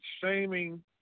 shaming